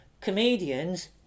comedians